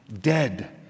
dead